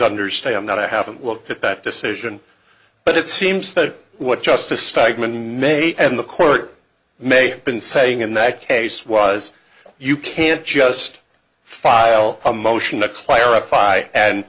understand that i haven't looked at that decision but it seems that what justice tigerman mate and the court may been saying in that case was you can't just file a motion to clarify and